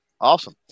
Awesome